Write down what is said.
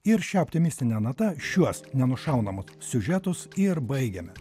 ir šia optimistine nata šiuos nenušaunamus siužetus ir baigiame